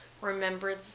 remember